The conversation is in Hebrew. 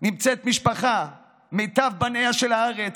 נמצאת משפחה, מיטב בניה של הארץ,